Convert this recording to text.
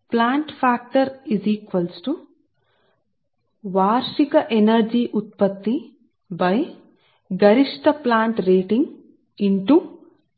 ఇప్పుడు plant factor వార్షిక శక్తి ఉత్పత్తి గరిష్ట ప్లాంట్ రేటింగ్